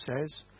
says